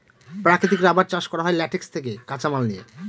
প্রাকৃতিক রাবার চাষ করা হয় ল্যাটেক্স থেকে কাঁচামাল নিয়ে